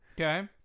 Okay